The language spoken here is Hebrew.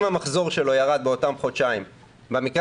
ואם המחזור שלו ירד בחודשיים האלה במקרה